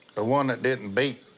ah one that didn't beep?